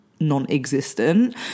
non-existent